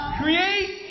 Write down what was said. create